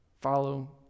Follow